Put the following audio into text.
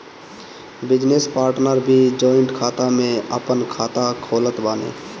business partner भी joint खाता में आपन खाता खोलत बाने